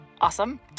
awesome